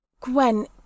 Gwen